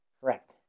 Correct